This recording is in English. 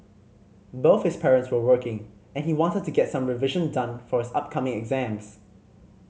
both his parents were working and he wanted to get some revision done for his upcoming exams